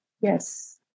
Yes